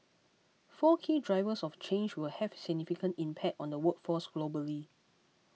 four key drivers of change will have significant impact on the workforce globally